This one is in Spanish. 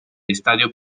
estadio